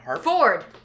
Ford